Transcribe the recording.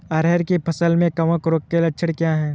अरहर की फसल में कवक रोग के लक्षण क्या है?